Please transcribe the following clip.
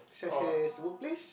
should I say it's the workplace